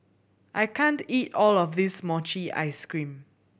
I can't eat all of this mochi ice cream